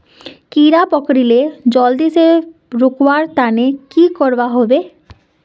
कीड़ा पकरिले जल्दी से रुकवा र तने की करवा होबे?